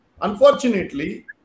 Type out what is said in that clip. Unfortunately